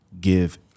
Give